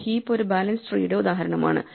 ഒരു ഹീപ്പ് ഒരു ബാലൻസ്ഡ് ട്രീയുടെ ഉദാഹരണമാണ്